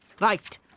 right